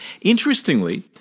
Interestingly